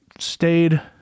Stayed